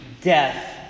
death